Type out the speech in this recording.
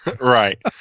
Right